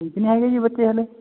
ਠੀਕ ਨਹੀਂ ਹੈਗੇ ਜੀ ਬੱਚੇ ਹਾਲੇ